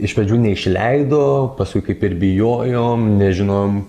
iš pradžių neišleido paskui kaip ir bijojom nežinojom